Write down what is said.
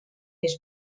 més